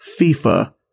FIFA